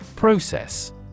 Process